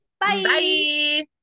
Bye